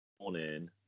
morning